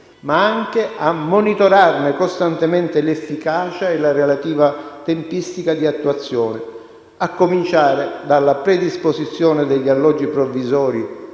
ma anche a monitorarne costantemente l'efficacia e la relativa tempistica di attuazione, a cominciare dalla predisposizione degli alloggi provvisori